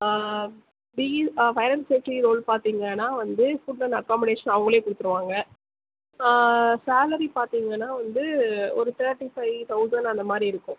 BE fire and safety role பார்த்திங்கன்னா வந்து food and accommodation அவங்களே கொடுத்துருவாங்க சேலரி பார்த்திங்கன்னா வந்து ஒரு தேர்ட்டி ஃபை தௌசண்ட் அந்த மாதிரி இருக்கும்